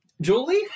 Julie